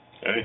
Hey